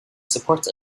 supports